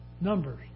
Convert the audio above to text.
Numbers